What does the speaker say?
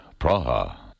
Praha